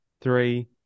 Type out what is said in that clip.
three